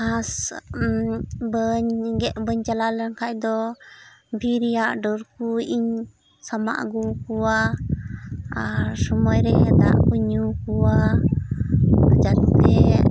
ᱜᱷᱟᱥ ᱵᱟᱹᱧ ᱜᱮᱫ ᱵᱟᱹᱧ ᱪᱟᱞᱟᱣ ᱞᱮᱱ ᱠᱷᱟᱱ ᱫᱚ ᱵᱤᱨ ᱨᱮᱭᱟᱜ ᱰᱟᱹᱨ ᱠᱚᱧ ᱥᱟᱢᱟᱜ ᱟᱹᱜᱩᱭᱟᱠᱚᱣᱟ ᱟᱨ ᱥᱳᱢᱳᱭ ᱨᱮ ᱫᱟᱜ ᱠᱚᱧ ᱧᱩ ᱟᱠᱚᱣᱟ ᱡᱟᱛᱮ